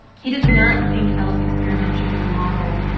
he does not think l's experiment should be the model.